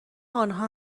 آنها